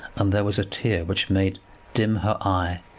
and there was a tear which made dim her eye,